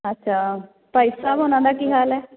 ਅੱਛਾ ਭਾਈ ਸਾਹਿਬ ਉਹਨਾਂ ਦਾ ਕੀ ਹਾਲ ਹੈ